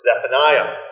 Zephaniah